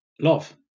love